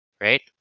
right